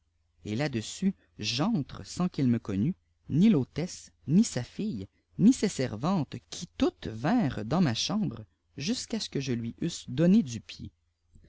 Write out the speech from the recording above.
et là-dessus j'entre sans qu'il me connût ni l'hôtesse ni sa fille ni ses servantes qui toutes vinrent dans ma chambre jusqu'à ce que je lui euse donné du pied